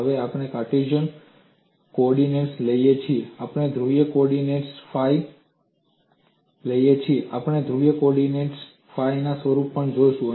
હવે આપણે Cartesian coordinates લઈએ છીએ આપણે ધ્રુવીય કોઓર્ડિનેટ્સમાં ફાઈ ના સ્વરૂપો પણ જોઈશું